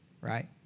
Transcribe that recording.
right